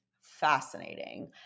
fascinating